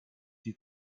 die